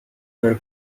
her